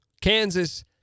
Kansas